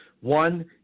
One